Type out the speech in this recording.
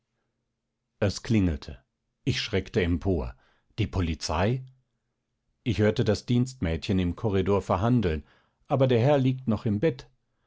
es klingelte ich schreckte empor die polizei ich hörte das dienstmädchen im korridor verhandeln aber der herr liegt noch im bett